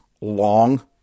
long